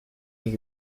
kick